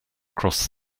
cross